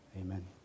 Amen